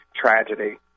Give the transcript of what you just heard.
tragedy